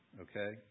okay